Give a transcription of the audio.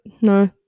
no